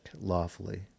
lawfully